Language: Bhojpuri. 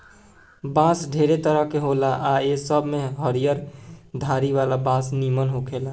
बांस ढेरे तरह के होला आ ए सब में हरियर धारी वाला बांस निमन होखेला